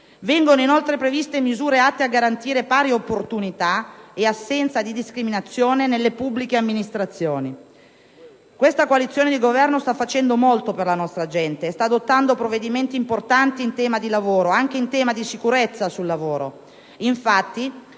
Vengono inoltre previste misure atte a garantire pari opportunità ed assenza di discriminazione nelle pubbliche amministrazioni. Questa coalizione di Governo sta facendo molto per la nostra gente e sta adottando provvedimenti importanti in tema di lavoro e anche in tema di sicurezza sul lavoro.